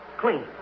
clean